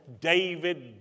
David